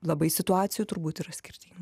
labai situacijų turbūt yra skirtingi